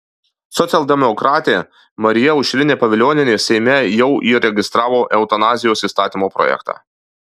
socialdemokratė marija aušrinė pavilionienė seime jau įregistravo eutanazijos įstatymo projektą